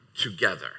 together